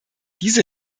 diese